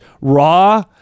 raw